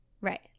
right